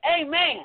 Amen